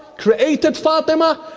created fatima,